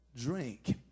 drink